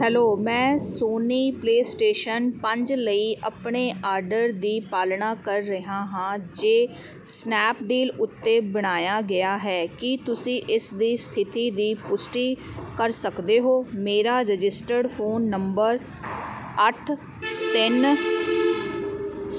hello ਮੈਂ Sony PlayStation ਪੰਜ ਲਈ ਆਪਣੇ ਆਰਡਰ ਦੀ ਪਾਲਣਾ ਕਰ ਰਿਹਾ ਹਾਂ ਜੋ ਸਨੈਪਡੀਲ ਉੱਤੇ ਬਣਾਇਆ ਗਿਆ ਹੈ ਕੀ ਤੁਸੀਂ ਇਸ ਦੀ ਸਥਿਤੀ ਦੀ ਪੁਸ਼ਟੀ ਕਰ ਸਕਦੇ ਹੋ ਮੇਰਾ ਰਜਿਸਟਰਡ ਫੋਨ ਨੰਬਰ ਅੱਠ ਤਿੰਨ